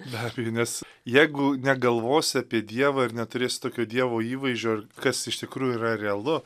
be abejo nes jeigu negalvosi apie dievą ir neturėsi tokio dievo įvaizdžio ir kas iš tikrųjų yra realu